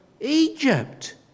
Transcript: Egypt